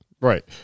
right